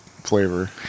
Flavor